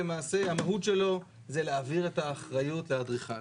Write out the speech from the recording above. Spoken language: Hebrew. המהות שלו זה להעביר את האחריות לאדריכל.